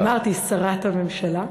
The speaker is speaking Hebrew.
לא, אמרתי: שרת הממשלה,